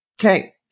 Okay